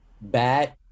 bad